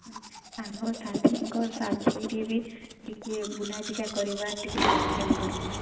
ସାଙ୍ଗ ସାଥୀଙ୍କ ସାଥିରେ ବି ଟିକେ ବୁଲା ଟିକା କରିବା ଟିକେ ସାକ୍ଷାତ କରିବା